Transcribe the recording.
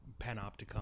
Panopticon